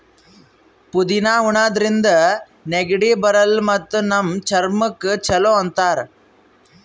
ಪುದಿನಾ ಉಣಾದ್ರಿನ್ದ ನೆಗಡಿ ಬರಲ್ಲ್ ಮತ್ತ್ ನಮ್ ಚರ್ಮಕ್ಕ್ ಛಲೋ ಅಂತಾರ್